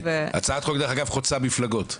הצעת חוק דרך אגב חוצה מפלגות,